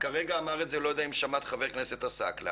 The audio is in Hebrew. הוא שמדובר